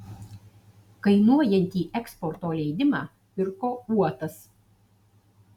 kainuojantį eksporto leidimą pirko uotas